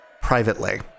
privately